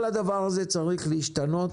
כל הדבר הזה צריך להשתנות,